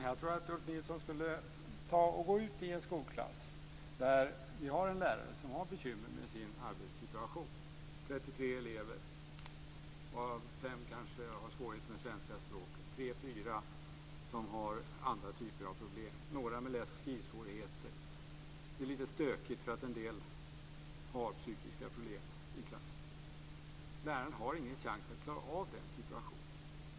Fru talman! Jag tycker att Ulf Nilsson ska gå ut i en skolklass där en lärare har bekymmer med sin arbetssituation: 33 elever varav fem har svårigheter med svenska språket, tre fyra har andra typer av problem, några har läs och skrivsvårigheter, det är lite stökigt i klassen därför att en del elever har psykiska problem. Läraren har ingen chans att klara av den situationen.